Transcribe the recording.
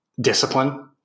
discipline